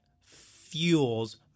fuels